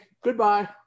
goodbye